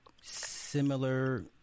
Similar